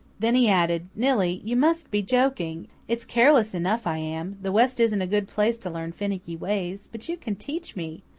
then he added, nillie, you must be joking. it's careless enough i am the west isn't a good place to learn finicky ways but you can teach me.